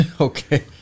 Okay